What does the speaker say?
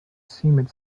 seemed